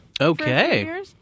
Okay